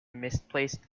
misplaced